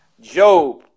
Job